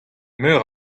meur